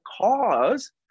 cause